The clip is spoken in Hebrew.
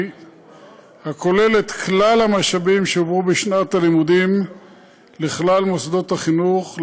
הכולל את כלל המשאבים שהועברו בשנת לימודים לכלל מוסדות החינוך,